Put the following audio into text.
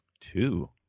Two